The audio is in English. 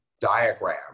diagram